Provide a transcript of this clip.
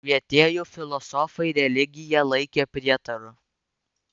švietėjų filosofai religiją laikė prietaru